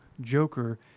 Joker